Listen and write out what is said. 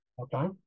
Okay